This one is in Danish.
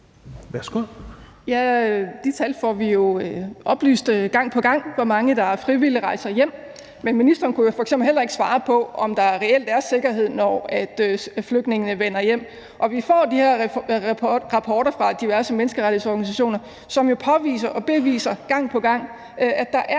Olldag (RV): De tal får vi jo oplyst gang på gang, altså hvor mange der frivilligt rejser hjem. Men ministeren kunne jo f.eks. ikke svare på, om der reelt er sikkerhed, når flygtningene vender hjem. Og vi får de her rapporter fra diverse menneskerettighedsorganisationer, som jo påviser og beviser gang på gang, at der er